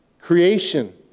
Creation